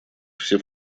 все